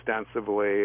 extensively